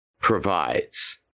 provides